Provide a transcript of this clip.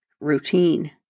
Routine